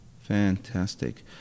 Fantastic